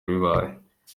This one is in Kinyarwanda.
bibaye